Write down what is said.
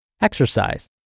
exercise